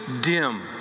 dim